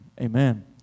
amen